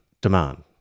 demand